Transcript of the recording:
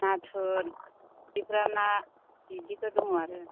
नाथुर फिथिख्रि ना बिदिफोर दङ आरो